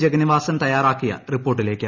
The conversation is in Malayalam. ജഗന്നിവാസൻ തയ്യാറാക്കിയ റിപ്പോർട്ടിലേക്ക്